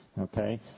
Okay